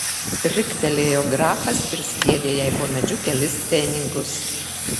riktelėjo grafas ir sviedė jai po medžiu kelis pfenigus